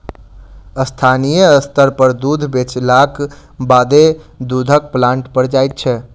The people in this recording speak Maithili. स्थानीय स्तर पर दूध बेचलाक बादे दूधक प्लांट पर जाइत छै